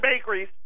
bakeries